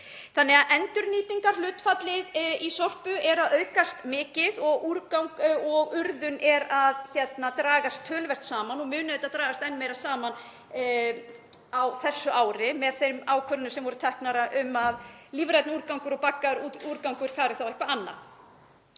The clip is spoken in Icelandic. samanburð. Endurnýtingarhlutfallið í Sorpu er að aukast mikið og urðun er að dragast töluvert saman og mun auðvitað dragast enn meira saman á þessu ári með þeim ákvörðunum sem voru teknar um að lífrænn úrgangur og baggaður úrgangur fari eitthvað annað.